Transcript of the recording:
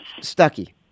Stucky